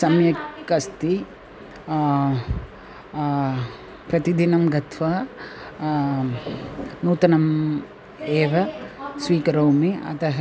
सम्यक् अस्ति प्रतिदिनं गत्वा नूतनम् एव स्वीकरोमि अतः